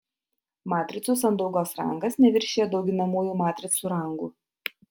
matricų sandaugos rangas neviršija dauginamųjų matricų rangų